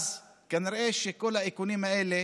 כנראה שכל האיכונים האלה